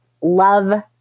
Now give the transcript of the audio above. love